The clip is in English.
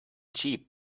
cheap